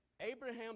Abraham